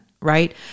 right